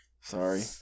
Sorry